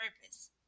purpose